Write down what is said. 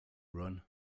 run